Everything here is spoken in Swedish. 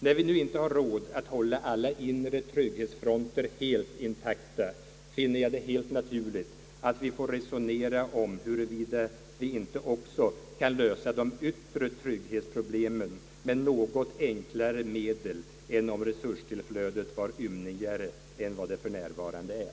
När vi nu inte har råd att hålla alla inre trygghetsfronter helt intakta, finner jag det helt naturligt att vi får resonera om huruvida vi inte också kan lösa de yttre trygghetsproblemen med något enklare medel än om resurstillflödet var ymnigare än det för närvarande är.